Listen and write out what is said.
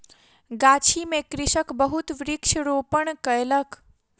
गाछी में कृषक बहुत वृक्ष रोपण कयलक